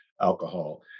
alcohol